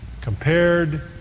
Compared